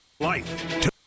life